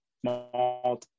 small